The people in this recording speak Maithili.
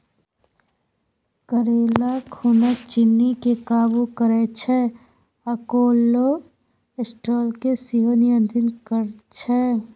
करेला खुनक चिन्नी केँ काबु करय छै आ कोलेस्ट्रोल केँ सेहो नियंत्रित करय छै